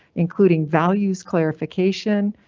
including values clarification,